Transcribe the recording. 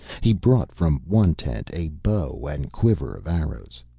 he brought from one tent a bow and quiver of arrows.